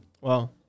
Wow